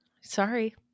Sorry